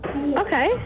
Okay